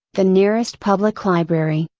the nearest public library,